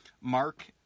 Mark